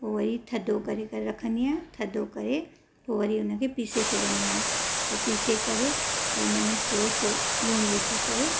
पोइ वरी थधो करे करे रखंदी आहियां थधो करे पोइ वरी उनखे पीसे छॾींदी आहियां पोइ पीसे करे पोइ उनमें थोरो सो लूणु विझी करे